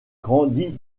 grandit